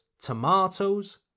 tomatoes